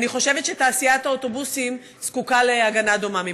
אני חושבת שתעשיית האוטובוסים זקוקה להגנה דומה ממך.